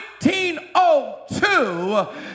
1902